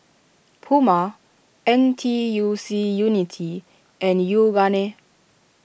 Puma N T U C Unity and Yoogane